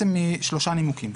משלושה נימוקים: